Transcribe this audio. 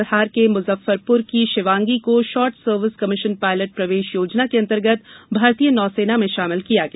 बिहार के मुजफ्फरपुर की शिवांगी को शार्ट सर्विस कमीशन पायलट प्रवेश योजना के अंतर्गत भारतीय नौसेना में शामिल किया गया